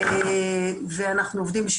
סך התקציב שנקבע הוא 15 מיליון ש"ח,